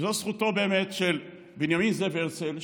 וזו באמת זכותו של בנימין זאב הרצל,